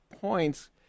points